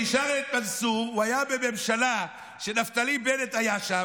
תשאל את מנסור, הוא היה בממשלה שנפתלי בנט היה בה,